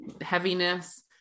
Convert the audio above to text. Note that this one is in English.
heaviness